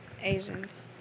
Asians